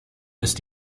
ist